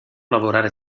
lavorare